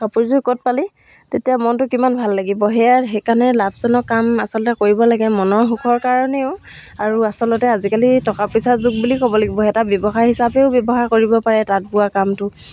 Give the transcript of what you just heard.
কাপোৰযোৰ ক'ত পালি তেতিয়া মনটো কিমান ভাল লাগিব সেয়া সেইকাৰণে লাভজনক কাম আচলতে কৰিব লাগে মনৰ সুখৰ কাৰণেও আৰু আচলতে আজিকালি টকা পইচাৰ যুগ বুলি ক'ব লাগিব এটা ব্যৱসায় হিচাপেও ব্যৱহাৰ কৰিব পাৰে তাঁত বোৱা কামটো